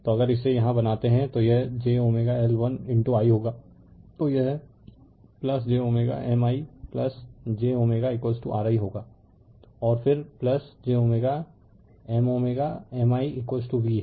तो अगर इसे यहाँ बनाते हैं तो यह j L1i होगा तो यह j M ij ri और फिर j M Miv है